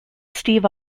steve